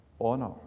honor